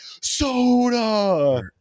Soda